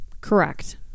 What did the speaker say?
Correct